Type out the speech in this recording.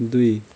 दुई